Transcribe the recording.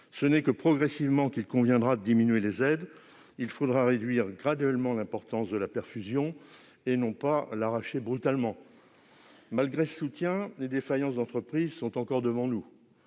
Ce n'est que progressivement qu'il conviendra de diminuer les aides. Il faudra réduire graduellement l'importance de la perfusion, et non pas l'arracher brutalement. Malgré ce soutien, les défaillances d'entreprises sont encore devant nous.